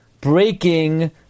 breaking